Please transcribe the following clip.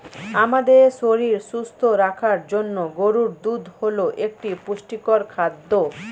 আমাদের শরীর সুস্থ রাখার জন্য গরুর দুধ হল একটি পুষ্টিকর খাদ্য